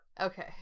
Okay